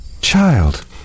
child